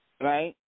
Right